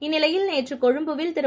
இந்நிலையில் நேற்றுகொழும்புவில் திரு